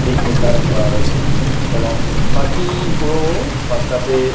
দিক নির্ধারণ করা হয়েছে এবং বাকি পুরো পার্কটাতে